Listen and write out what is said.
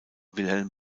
wilhelm